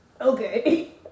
Okay